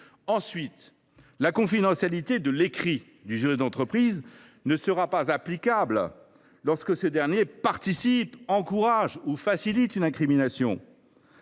Ensuite, la confidentialité de l’écrit du juriste d’entreprise ne sera pas applicable lorsque ce dernier participe, encourage ou facilite la commission